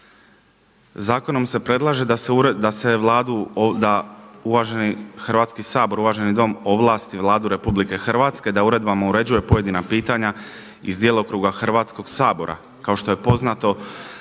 Zakonom se predlaže da uvaženi Hrvatski sabor, uvaženi Dom ovlasti Vladu Republike Hrvatske da uredbama uređuje pojedina pitanja iz djelokruga Hrvatskog sabora. Kao što je poznato